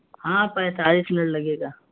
ہاں پینتالیس منٹ لگے گا